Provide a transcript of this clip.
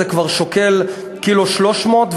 זה כבר שוקל קילו ו-300,